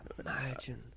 imagine